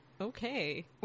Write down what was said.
okay